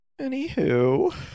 Anywho